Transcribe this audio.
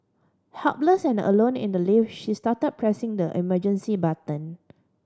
helpless and alone in the lift she start pressing the emergency button